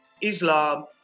Islam